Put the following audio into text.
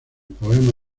poema